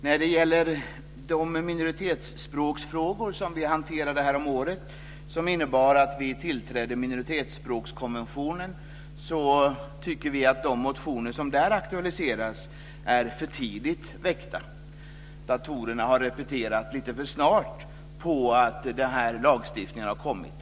När det gäller de minoritetsspråksfrågor som vi hanterade häromåret då vi tillträdde minoritetsspråkskonventionen tycker vi att de motioner som aktualiserar dessa är för tidigt väckta. Datorerna har repeterat lite för snart efter det att den här lagstiftningen har kommit.